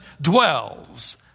dwells